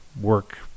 work